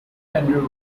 tender